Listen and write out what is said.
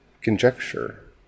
conjecture